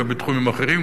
אלא גם בתחומים אחרים,